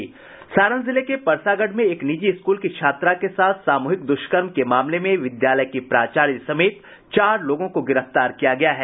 सारण जिले के परसागढ़ में एक निजी स्कूल की छात्रा के साथ सामूहिक दुष्कर्म के मामले में विद्यालय के प्राचार्य समेत चार लोगों को गिरफ्तार किया गया है